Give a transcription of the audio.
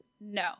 no